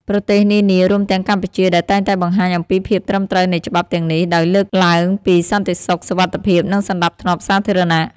ប្រទេសនានា រួមទាំងកម្ពុជាដែរតែងតែបង្ហាញអំពីភាពត្រឹមត្រូវនៃច្បាប់ទាំងនេះដោយលើកឡើងពីសន្តិសុខ សុវត្ថិភាព និងសណ្តាប់ធ្នាប់សាធារណៈ